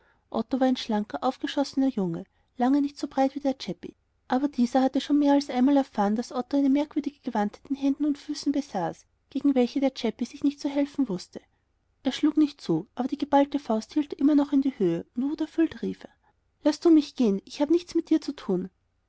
ein schlanker aufgeschossener junge lange nicht so breit wie der chäppi aber dieser hatte schon mehr als einmal erfahren daß otto eine merkwürdige gewandtheit in händen und füßen besaß gegen welche der chäppi sich nicht zu helfen wußte er schlug nicht zu aber die geballte faust hielt er immer in die höhe und wuterfüllt rief er laß du mich gehen ich habe nichts mit dir zu tun